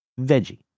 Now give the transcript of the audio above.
veggie